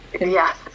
Yes